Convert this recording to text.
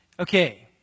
Okay